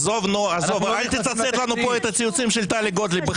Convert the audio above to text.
עזוב אל תצייץ לנו פה את הציוצים של טלי גוטליב.